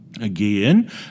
Again